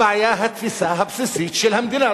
הבעיה היא התפיסה הבסיסית של המדינה,